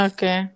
Okay